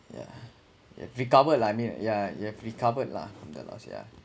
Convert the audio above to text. yeah yeah recovered lah I mean yeah you have recovered lah from the last yeah